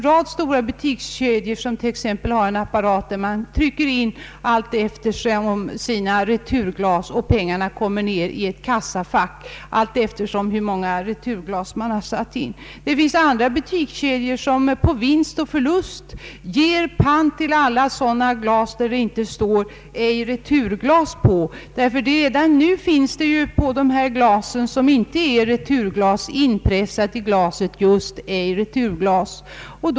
Flera stora butikskedjor använder en apparat, där man trycker in sina returglas och pengarna kommer ut i ett myntfack, summan beroende på hur många returglas man har tryckt in. Andra butikskedjor ger på vinst och förlust pant för alla sådana glas som inte har stämpeln ”ej returglas”. Redan nu finns ju på de glas som inte är returglas inpressat i glaset just orden ”ej returglas”.